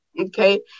Okay